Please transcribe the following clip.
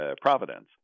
providence